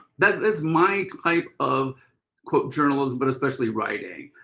that is my type of journalism but especially writing.